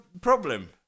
problem